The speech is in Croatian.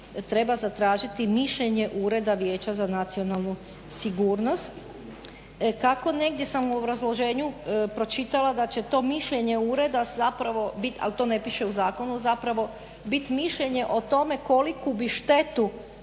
treba zatražiti mišljenje Ureda vijeća za nacionalnu sigurnost, kako negdje sam u obrazloženju pročitala da će to mišljenje ureda zapravo biti, ali to ne piše u zakonu, zapravo biti mišljenje o tome koliku bi štetu